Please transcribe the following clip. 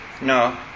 No